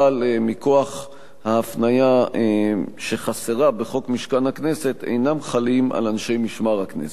אבל חסרה הפניה בחוק משכן הכנסת והן אינן חלות על אנשי משמר הכנסת.